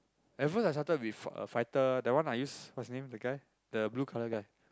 at first I started with f~ fighter that I one use what's his name the guy the blue colour guy